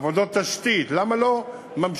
עבודות תשתית: למה לא ממשיכים?